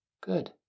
Good